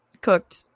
cooked